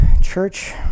church